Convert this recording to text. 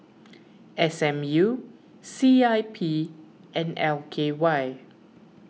S M U C I P and L K Y